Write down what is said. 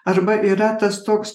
arba yra tas toks